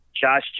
Josh